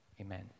Amen